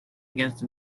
against